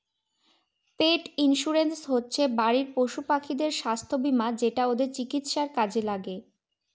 পেট insurance হচ্ছে বাড়ির পশুপাখিদের স্বাস্থ্য বীমা যেটা ওদের চিকিৎসার কাজে লাগে